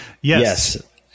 Yes